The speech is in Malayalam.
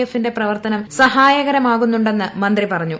എഫിന്റെ പ്രവർത്തനം സഹായകരമാകുന്നുണ്ടെന്ന് മന്ത്രി പറഞ്ഞു